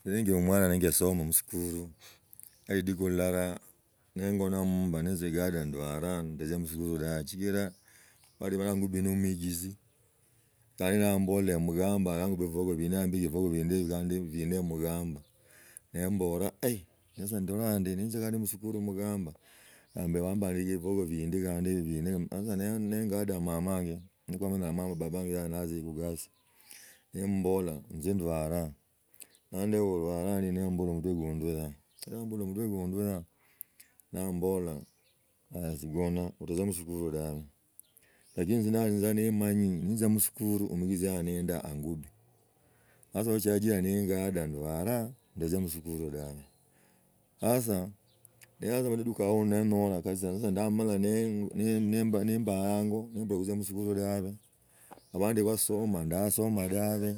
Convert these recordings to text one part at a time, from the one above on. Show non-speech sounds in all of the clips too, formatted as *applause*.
Ndariingi omwana nengasoma khusikuru khe lidiku llara nangona mmumba nanzigala ndwaraa ndatzia muzigulu dabe sichira bwali mbaakube ne muijizi sali naambolaa mugamba aranguba biboko binne alagumba gandi viboko vine mugamba nembora eii ndulaa mbu netnziza musikuru muganda amb *hesitation* wambalaga viboko vindi gandi vine sasa ningada mama ange babange yalii nazize khugasi nimmbora nzi ndaranga nanteba orwavaa ndi nimmboraa omutwe kunduyaa nombolaa mutw *hesitation* kunduyaa naambula basi kona oratsia khusikulu dabe lakiniisi ndali tsi niimanyi ninziza musikuri muijizi aanindaa angupe sasa sindachiraa ningata ndwalaa sasa ndali ndakadukaho ninyokatsa ndamanya sa nimbaa ango nimbeko musigulu dae abandi basoma ndaasoma dabe.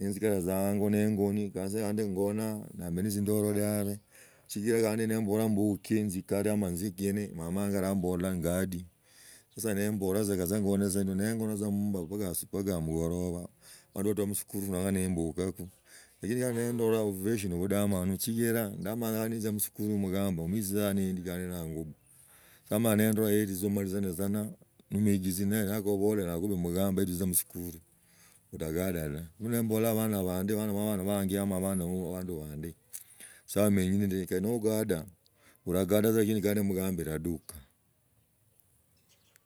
Nenzikala tza ango nengoni kali ningona embe netzindolo dabe. Kata nimbola mbuki nzikata manzigeni mama anye arambolaa nyati sasa anembora tza leka za ngoni ommumba mpaka akoloba, abandu barura mushikulu ndaba nimbukakho shikila nindoloka obubishi nobudamans; sichira ndaamanya nishia mushikulu mugamba, muibush anindu kandi, kha nindola heri, omalizane tzanu, nakuhizi tza tzinni nagube mukamba elilza muikils odakata da khulwa embola abana abanye nomba abana ba abandu ba abandu bandi, siomenyi ninda eka noogate, oragata, tza lakini kali ni muganda eladuka.